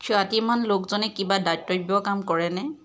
খ্যাতিমান লোকজনে কিবা দাতব্য কাম কৰেনে